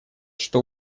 что